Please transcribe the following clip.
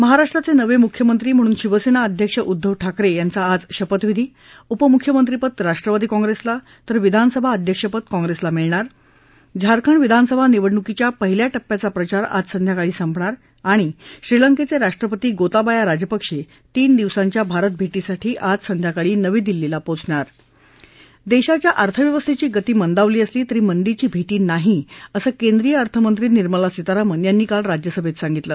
महाराष्ट्राचे नवे मुख्यमंत्री म्हणून शिवसेना अध्यक्ष उद्धव ठाकरे यांचा आज शपथविधी उपमुख्यमंत्रीपद राष्ट्रवादी काँग्रिसला तर विधानसभा अध्यक्षपद काँग्रेसला मिळणार झारखंड विधानसभा निवडणुकीच्या पहिल्या टप्प्याचा प्रचार आज संध्याकाळी संपणार श्रीलंकेचे राष्ट्रपती गोताबाया राजपक्षे तीन दिवसांच्या भारत भेटीसाठी आज संध्याकाळी नवी दिल्लीला पोचणार देशाच्या अर्थव्यवस्थेची गती मंदावली असली तरी मंदीची भीती नसल्याचं केंद्रीय अर्थमंत्री निर्मला सितारामन यांनी काल राज्यसभेत सांगितलं